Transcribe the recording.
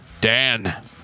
Dan